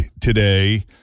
today